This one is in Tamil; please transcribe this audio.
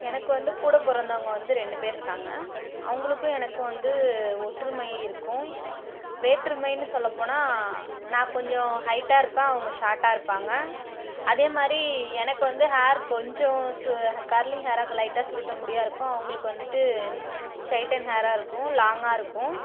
எனக்கு வந்து கூட பிறந்தவங்க வந்து ரெண்டு பேர் இருக்காங்க அவங்களுக்கும் எனக்கும் வந்து ஒற்றுமை இருக்கும் வேற்றுமைனு சொல்லப் போனால் நான் கொஞ்சம் ஹைட்டாக இருப்பேன் அவங்க ஷாட்டாக இருப்பாங்க அதேமாதிரி எனக்கு வந்து ஹேர் கொஞ்சம் சு கர்லிங் ஹேராக லைட்டாக சுருட்டை முடியாக இருக்கும் அவங்களுக்கு வந்துட்டு ஸ்ட்ரெய்டென் ஹேராக இருக்கும் லாங்காக இருக்கும்